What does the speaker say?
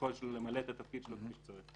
היכולת שלו למלא את התפקיד שלו כפי שצריך.